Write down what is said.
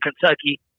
Kentucky